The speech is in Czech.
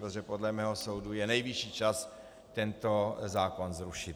Takže podle mého soudu je nejvyšší čas tento zákon zrušit.